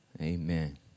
Amen